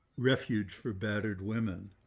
refuge for battered women.